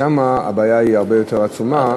שם הבעיה היא הרבה יותר עצומה.